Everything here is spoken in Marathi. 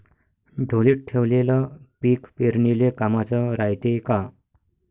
ढोलीत ठेवलेलं पीक पेरनीले कामाचं रायते का?